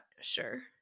sure